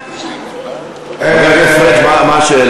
חבר הכנסת פריג', מה השאלה?